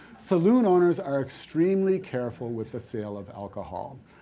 saloon owners are extremely careful with the sale of alcohol.